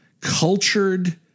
cultured